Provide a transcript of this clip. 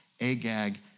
Agag